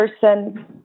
person